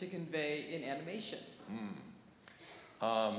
to convey in animation